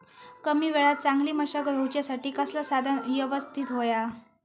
कमी वेळात चांगली मशागत होऊच्यासाठी कसला साधन यवस्तित होया?